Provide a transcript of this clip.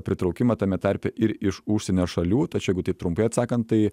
pritraukimą tame tarpe ir iš užsienio šalių tai čia jeigu taip trumpai atsakant tai